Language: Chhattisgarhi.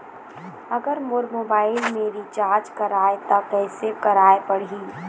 अगर मोर मोबाइल मे रिचार्ज कराए त कैसे कराए पड़ही?